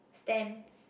stamps